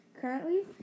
currently